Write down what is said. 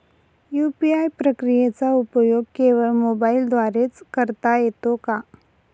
UPI प्रक्रियेचा उपयोग केवळ मोबाईलद्वारे च करता येतो का?